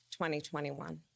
2021